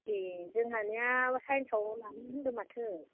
ए जोंहानिया साइन्सआव लानो होन्दों माथो